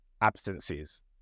absences